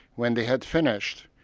when they had finished,